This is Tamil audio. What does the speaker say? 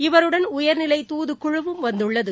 இவருடன் உயர்நிலைதுாதுக்குழுவும் வந்துள்ளது